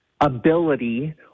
ability